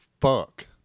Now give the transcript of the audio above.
Fuck